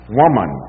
woman